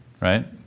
right